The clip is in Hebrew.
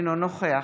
אינו נוכח